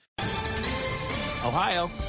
Ohio